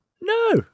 no